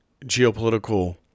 geopolitical